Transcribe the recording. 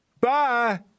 Bye